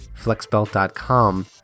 Flexbelt.com